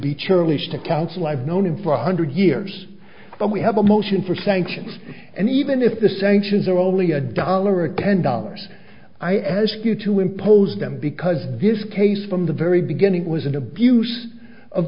be churlish to counsel i've known him for one hundred years but we have a motion for sanctions and even if the sanctions are only a dollar a ten dollars i ask you to impose them because this case from the very beginning was an abuse of